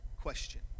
question